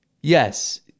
yes